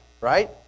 right